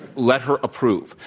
let her approve.